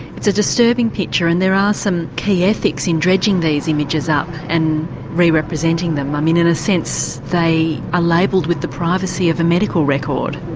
it's a disturbing picture and there are some key ethics in dredging these images up and re-representing them. um in in a sense they are ah labelled with the privacy of a medical record.